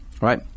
right